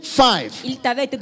five